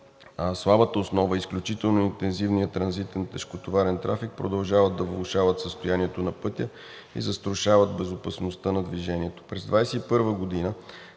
Слабата основа и изключително интензивният транзитен тежкотоварен трафик продължават да влошават състоянието на пътя и застрашават безопасността на движението. През 2021 г.